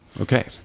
Okay